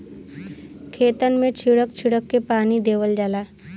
खेतन मे छीड़क छीड़क के पानी देवल जाला